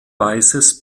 weißes